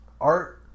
Art